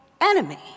enemy